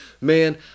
man